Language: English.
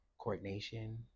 coordination